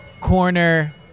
corner